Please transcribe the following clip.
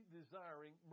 desiring